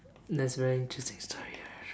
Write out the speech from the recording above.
that's very interesting story